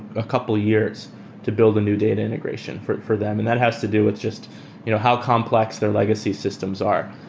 a couple years to build a new data integration for for them, and that has to do with just you know how complex their legacy systems are.